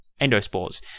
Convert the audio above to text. endospores